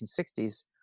1960s